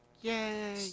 Yay